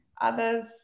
others